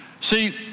See